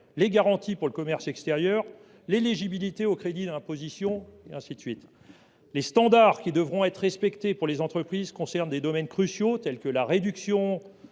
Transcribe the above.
les garanties publiques pour le commerce extérieur, l’éligibilité aux crédits d’impôt, et ainsi de suite. Les standards qui devront être respectés par les entreprises concernent des domaines cruciaux tels que la réduction